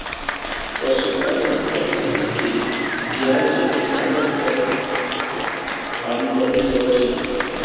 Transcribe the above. पशुपालान प्रणाली के ज्ञान से किसानन कअ आमदनी बढ़ जाला